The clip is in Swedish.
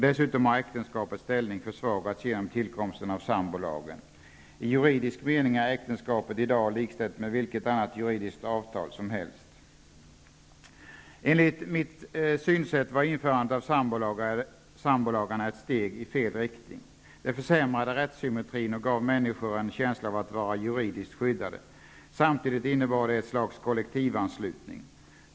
Dessutom har äktenskapets ställning försvagats genom tillkomsten av sambolagen. I juridisk mening är äktenskapet i dag likställt med vilket juridiskt avtal som helst. Enligt mitt synsätt var införandet av sambolagarna ett steg i fel riktning. Det försämrade rättssymmetrin och gav människor en känsla av att vara juridiskt skyddade. Samtidigt innebar det ett slags kollektivanslutning.